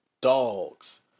dogs